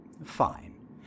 Fine